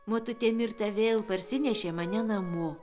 motutė mirta vėl parsinešė mane namo